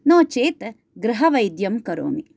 नो चेत् गृहवैद्यं करोमि